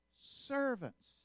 servants